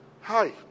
Hi